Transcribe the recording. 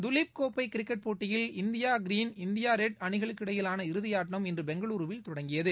tulip கோப்பை cricket போட்டியில் India green India red அணிகளுக்கிடையிலான இறுதியாட்டம் இன்று பெங்களுருவில் தொடங்கியது